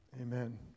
Amen